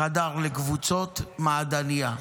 חדר לקבוצות, מעדניה.